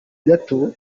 gato